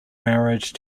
marriage